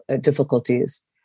difficulties